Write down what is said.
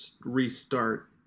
restart